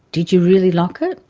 did you really lock it?